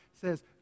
says